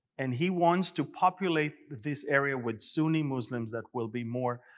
and he wants to populate this area with sunni muslims that will be more